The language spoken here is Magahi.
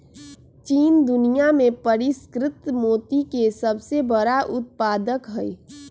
चीन दुनिया में परिष्कृत मोती के सबसे बड़ उत्पादक हई